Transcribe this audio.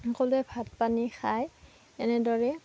সকলোৱে ভাত পানী খাই এনেদৰে